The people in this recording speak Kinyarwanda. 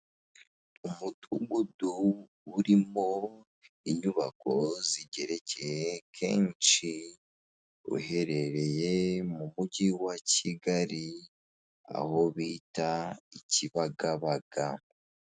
Umudugudu urimo inyubako zigerekeye kenshi uherereye mu mujyi wa Kigali aho bita i Kibagabaga.